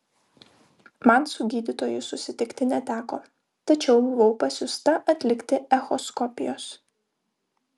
man su gydytoju susitikti neteko tačiau buvau pasiųsta atlikti echoskopijos